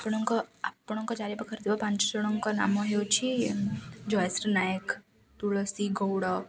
ଆପଣଙ୍କ ଆପଣଙ୍କ ଚାରି ପାଖରେ ଥିବା ପାଞ୍ଚ ଜଣଙ୍କ ନାମ ହେଉଛି ଜୟଶ୍ରୀ ନାୟକ ତୁଳସୀ ଗୌଡ଼